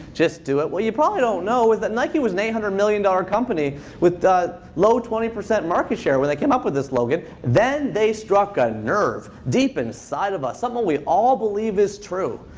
just do it. what you probably don't know is that nike was an eight hundred million dollars company with low twenty percent market share when they came up with this slogan. then they struck a nerve deep inside of us, something we all believe is true.